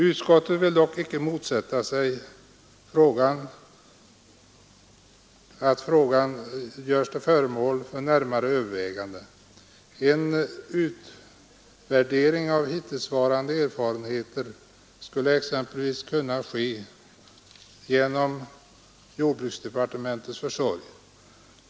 Utskottet vill dock ”inte motsätta sig att frågan härom görs till föremål för närmare överväganden. En utvärdering av hittillsvarande erfarenheter skulle exempelvis kunna ske genom jordbruksdepartemen tets försorg.